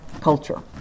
culture